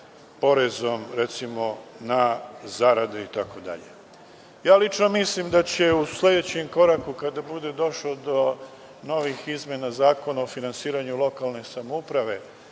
porezom recimo, na zarade itd. Lično mislim da će u sledećem koraku, kada bude došlo do novih izmenama Zakona o finansiranju lokalne samouprave